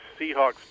Seahawks